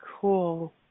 Cool